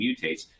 mutates